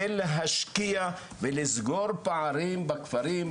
ולהשקיע ולסגור פערים בכפרים,